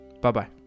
bye-bye